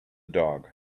dog